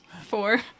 Four